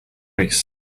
bass